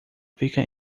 fica